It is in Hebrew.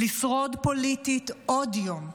לשרוד פוליטית עוד יום,